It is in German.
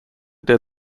der